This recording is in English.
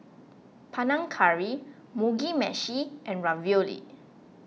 Panang Curry Mugi Meshi and Ravioli